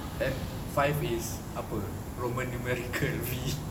then five is apa roman numerical V